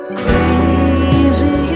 crazy